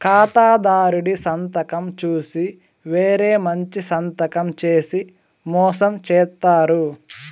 ఖాతాదారుడి సంతకం చూసి వేరే మంచి సంతకం చేసి మోసం చేత్తారు